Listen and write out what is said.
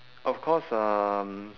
of course um